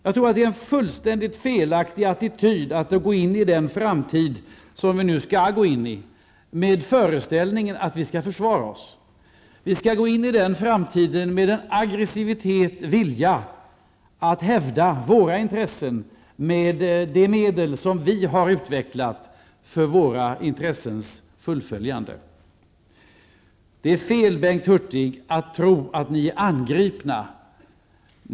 Jag tror att det är en fullständigt felaktig attityd när vi går i in den framtid som vi nu väljer, om vi har föreställningen att vi skall försvara oss. Vi skall gå in i framtiden med aggressivitet och vilja att hävda våra intressen och detta med de medel som vi har utvecklat för våra intressens fullföljande. Det är felaktigt, Bengt Hurtig, att tro att ni är angripna.